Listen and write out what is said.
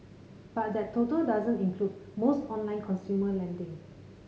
but that total doesn't include most online consumer lending